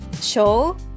show